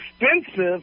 expensive